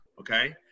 okay